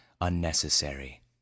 unnecessary